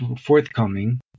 forthcoming